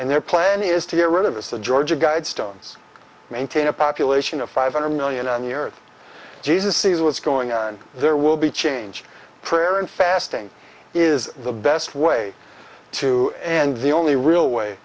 and their plan is to get rid of as the georgia guidestones maintain a population of five hundred million on the earth jesus sees what's going on there will be change prayer and fasting is the best way to and the only real way